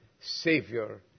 Savior